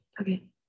Okay